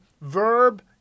verb